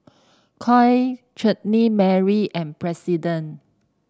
Koi Chutney Mary and President